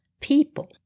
people